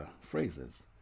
phrases